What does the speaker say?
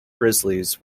grizzlies